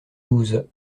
douze